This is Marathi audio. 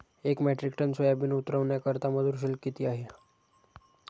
एक मेट्रिक टन सोयाबीन उतरवण्याकरता मजूर शुल्क किती आहे?